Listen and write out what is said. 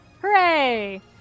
Hooray